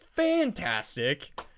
fantastic